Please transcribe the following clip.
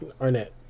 Arnett